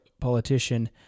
politician